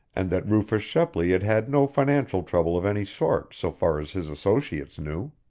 and that rufus shepley had had no financial trouble of any sort so far as his associates knew.